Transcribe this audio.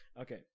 Okay